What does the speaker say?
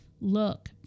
look